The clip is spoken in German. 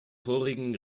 vorigen